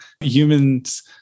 humans